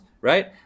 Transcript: right